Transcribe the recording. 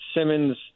Simmons